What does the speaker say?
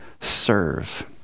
serve